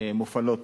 מופעלות